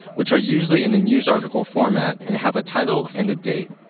which are usually in a news article format and have a title and a date.